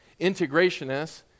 integrationists